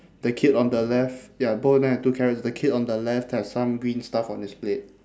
the kid on the left ya both of them have two carrots the kid on the left have some green stuff on his plate